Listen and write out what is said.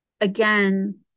Again